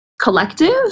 collective